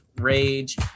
Rage